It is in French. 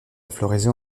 floraison